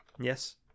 Yes